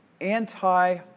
anti